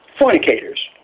fornicators